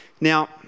Now